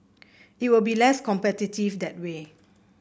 it will be less competitive that way